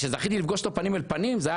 כשזכיתי לפגוש אותו פנים אל פנים זה היה